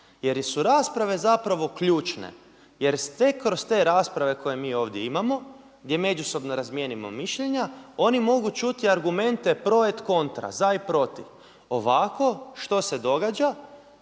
jer su rasprave zapravo ključne, jer sve kroz te rasprave koje mi ovdje imamo gdje međusobno razmjenjujemo mišljenja oni mogu čuti argumente pro et contra, za i protiv. Ovako, što se događa?